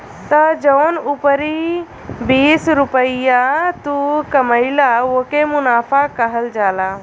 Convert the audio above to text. त जौन उपरी बीस रुपइया तू कमइला ओके मुनाफा कहल जाला